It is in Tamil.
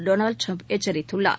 டொனால்டு ட்ரம்ப் எச்சரித்துள்ளார்